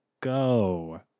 go